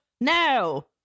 No